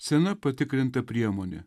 sena patikrinta priemonė